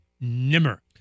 nimmer